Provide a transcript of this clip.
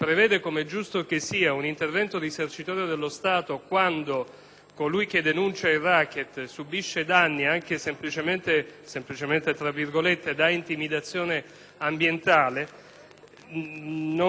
colui che denuncia il *racket* subisce danni anche «semplicemente» da intimidazione ambientale, non ci sentiamo come Governo di condividere una sorta di premio